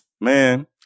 Man